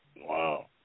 Wow